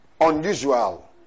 unusual